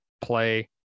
play